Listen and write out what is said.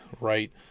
right